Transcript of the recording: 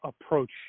approach